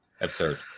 Absurd